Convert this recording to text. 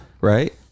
right